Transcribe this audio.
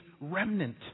remnant